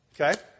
Okay